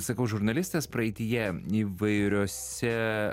sakau žurnalistas praeityje įvairiuose